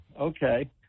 Okay